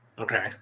Okay